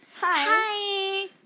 hi